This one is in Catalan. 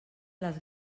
les